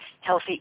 healthy